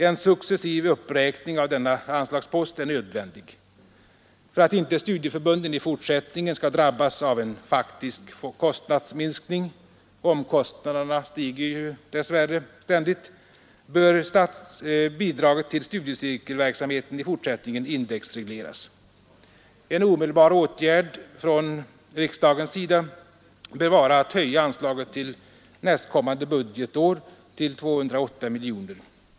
En successiv uppräkning av denna anslagspost är nödvändig. För att inte studieförbunden i fortsättningen skall drabbas av en faktisk kostnadsminskning — omkostnaderna stiger ju dess värre ständigt — bör bidraget till studiecirkelverksamheten i fortsättningen indexregleras. En omedelbar åtgärd från riksdagens sida bör vara att höja anslaget till nästkommande budgetår till 208 miljoner kronor.